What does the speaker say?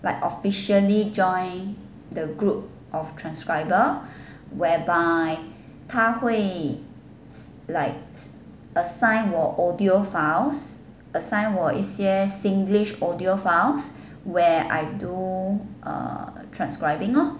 like officially join the group of transcriber whereby 她会 like assign 我 audio files assign 我一些 singlish audio files where I do err transcribing lor